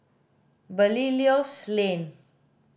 Belilios Lane